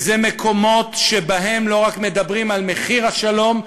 אלו מקומות שבהם לא רק מדברים על מחיר השלום,